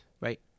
Right